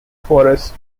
forest